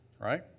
Right